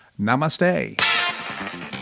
Namaste